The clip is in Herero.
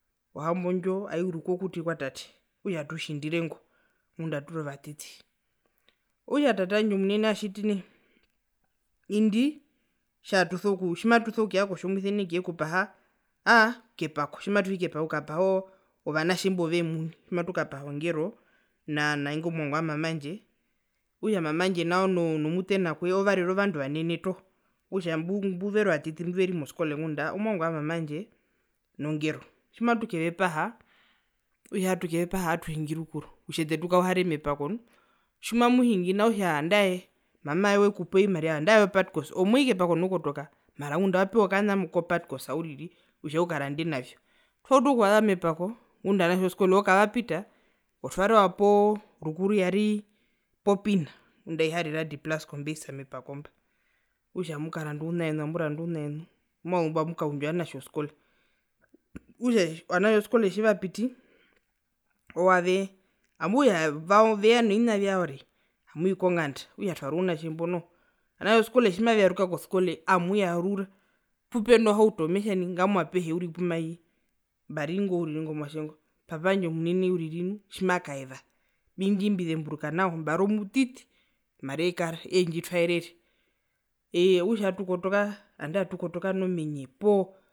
Ohambo ndjo airukwa okuti kwatate okutja atutjindirengo ngunda aturi ovatiti. Okutja tate wandje omunene aatjiti nai indi tjaatuso tjimatuso kuya kotjomuise okuyekupaha aa aa kepako tjimatwii kepako okukapaha oo ovanatje imbove omuni tjimatukapaha ongero na naingo oo mwangu wa mama wandje okutja mama wandje nao nomutena owo varire ovandu ovanene tog, okutja mbu mbuveri ovatiti mbeveri moskole ngunda omwangu wa mama wandje no ngero, tjimatukevepaha okutja atuhingi rukuru kutja ete tukauhare mepako nu, tjimamuhingi nao `okutja nandae mama eye wekupe ovimariva nandae vyo padkos ove moi kepako nokukotoka mara wapewa okana kopadkos uriri kutja ukarande navyo, tjitwautu okuvasa mepako ngunda ovanatje woskole oo kavaptita otwarewa poo pop in ngunda aiharira die plaas kombuis mepako mba okutja amukaranda ouna wenu amuranda ouna wenu tjimwazumbo amukaundja ovanatje woskole okutja ovanatje tjivapiti owo avee okutja ve veya novina vyao ari amwii konganda okutja twari ounatje mbo noho ovanatje woskole tjimaveyarurwa koskole amuyarura pupeno hautometja nai ngamwa apehe uriri pumayii mbari ngo uriri ingo mwatje ngo papa wandje omunene uriri nu tjimakaeva nu indji mbizemburuka nawa uriri mbari omutiti mara eekara eendji twaerere okutja aatukotoka nandae atukotoka nomenye poo.